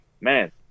man